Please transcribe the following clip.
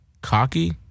cocky